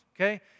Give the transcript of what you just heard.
okay